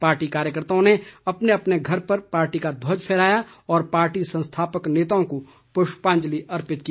party कार्यकर्ताओं ने अपने अपने घर पर पार्टी का ध्वज फहराया और पार्टी संस्थापक नेताओं को पुष्पांजलि अर्पित की